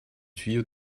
tuyau